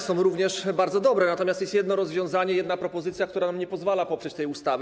Są również bardzo dobre, natomiast jest jedno rozwiązanie, jedna propozycja, która nam nie pozwala poprzeć tej ustawy.